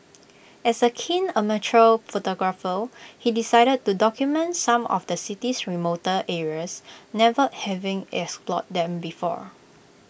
as A keen amateur photographer he decided to document some of the city's remoter areas never having explored them before